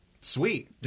Sweet